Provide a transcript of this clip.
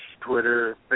Twitter